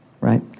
right